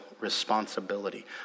responsibility